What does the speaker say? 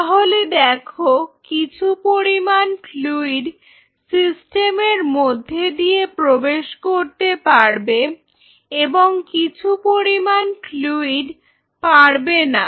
তাহলে দেখো কিছু পরিমাণ ফ্লুইড সিস্টেমের মধ্যে দিয়ে প্রবেশ করতে পারবে এবং কিছু পরিমাণ ফ্লুইড পারবে না